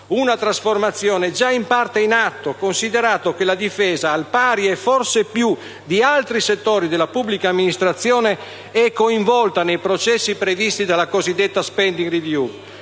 Una trasformazione già in parte in atto, considerato che la Difesa, al pari e forse più di altri settori della pubblica amministrazione, è coinvolta nei processi previsti dalla cosiddetta *spending review*.